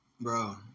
Bro